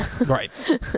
Right